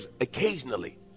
occasionally